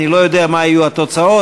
איני יודע מה יהיו התוצאות,